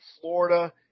Florida